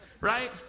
Right